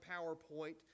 PowerPoint